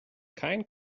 kein